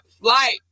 flight